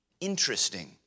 interesting